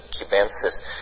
Cubensis